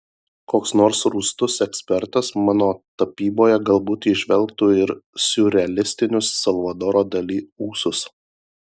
koks nors rūstus ekspertas mano tapyboje galbūt įžvelgtų ir siurrealistinius salvadoro dali ūsus